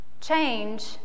Change